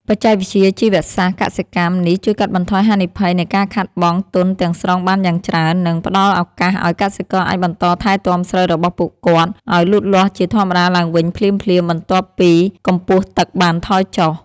បច្ចេកវិទ្យាជីវសាស្ត្រកសិកម្មនេះជួយកាត់បន្ថយហានិភ័យនៃការខាតបង់ទុនទាំងស្រុងបានយ៉ាងច្រើន និងផ្តល់ឱកាសឱ្យកសិករអាចបន្តថែទាំស្រូវរបស់ពួកគាត់ឱ្យលូតលាស់ជាធម្មតាឡើងវិញភ្លាមៗបន្ទាប់ពីកម្ពស់ទឹកបានថយចុះ។